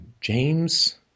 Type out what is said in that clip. James